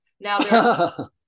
now